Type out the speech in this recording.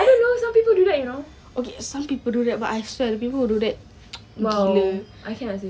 I don't know some people do that you know okay some people do that but I swear people who do that gila I cannot seh